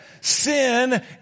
sin